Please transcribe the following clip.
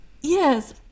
yes